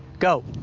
go.